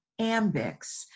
Ambix